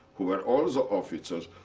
who were also officers,